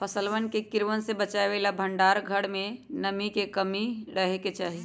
फसलवन के कीड़वन से बचावे ला भंडार घर में नमी के कमी रहे के चहि